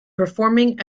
performing